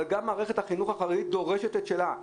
גם מערכת החינוך החרדית דורשת את שלה.